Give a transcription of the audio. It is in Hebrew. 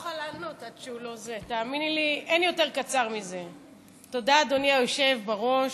תודה, אדוני היושב בראש.